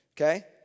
okay